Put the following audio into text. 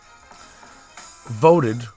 Voted